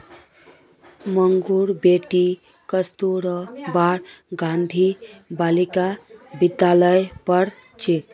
मंगूर बेटी कस्तूरबा गांधी बालिका विद्यालयत पढ़ छेक